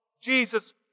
Jesus